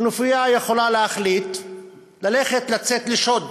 כנופיה יכולה להחליט לצאת לשוד.